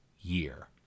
year